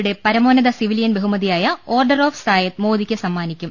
യുടെ പരമോന്നത civilian ബഹുമതിയായ ഓർഡർ ഓഫ് സായദ് മോദിക്ക് സമ്മാ നിക്കും